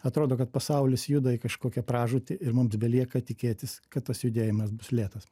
atrodo kad pasaulis juda į kažkokią pražūtį ir mums belieka tikėtis kad tas judėjimas bus lėtas